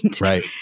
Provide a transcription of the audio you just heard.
Right